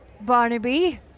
Barnaby